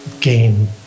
gain